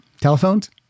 telephones